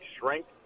shrink